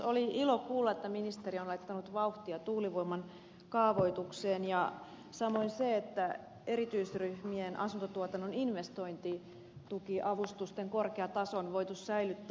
oli ilo kuulla että ministeri on laittanut vauhtia tuulivoiman kaavoitukseen ja samoin että erityisryhmien asuntotuotannon investointitukiavustusten korkea taso on voitu säilyttää